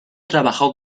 trabajó